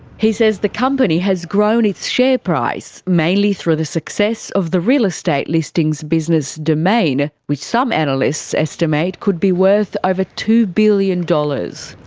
he says the company has grown its share price, mainly through the success of the real estate listings business, domain, which some analysts estimate could be worth over ah two billion dollars.